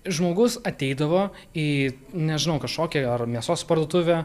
ir žmogus ateidavo į nežinau kažkokią ar mėsos parduotuvę